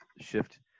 shift